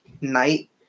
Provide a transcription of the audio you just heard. night